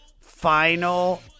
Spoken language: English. final